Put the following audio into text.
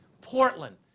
Portland